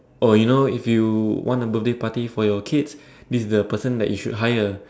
oh you know if you want a birthday party for your kids this is the person that you should hire